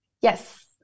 Yes